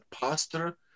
Pastor